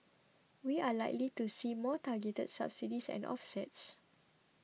we are likely to see more targeted subsidies and offsets